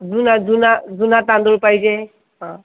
जुना जुना जुना तांदूळ पाहिजे हां